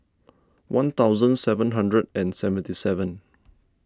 one thousand seven hundred and seventy seven